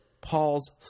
paul's